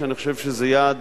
שאני חושב שזה יעד